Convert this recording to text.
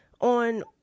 on